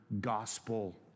gospel